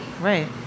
Right